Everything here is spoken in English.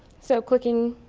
so clicking